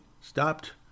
stopped